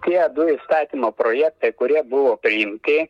tie du įstatymo projektai kurie buvo priimti